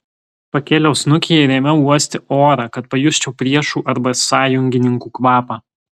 pakėliau snukį ir ėmiau uosti orą kad pajusčiau priešų arba sąjungininkų kvapą